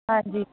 ਹਾਂਜੀ